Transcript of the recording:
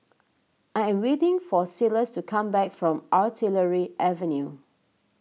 I am waiting for Silas to come back from Artillery Avenue